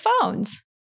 phones